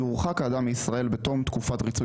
יורחק האדם מישראל בתום תקופת ריצוי